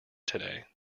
today